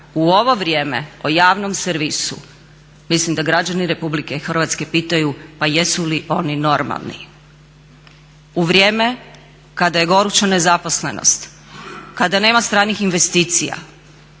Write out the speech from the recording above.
u ovo vrijeme o javnom servisu mislim da građani RH pitaju pa jesu li oni normalni? U vrijeme kada je goruća nezaposlenost, kada nema stranih investicija,